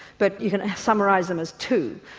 but you can summarise them as two.